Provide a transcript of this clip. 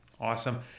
Awesome